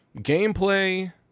gameplay